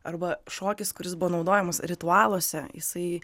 arba šokis kuris buvo naudojamas ritualuose jisai